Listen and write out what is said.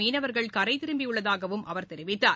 மீனவர்கள் கரை திரும்பியுள்ளதாகவும் அவர் தெரிவித்தார்